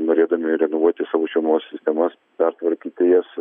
norėdami renovuoti savo šilumos sistemas pertvarkyti jas